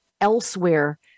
elsewhere